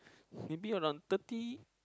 maybe around thirty